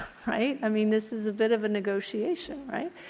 right? i mean, this is a bit of a negotiation, right?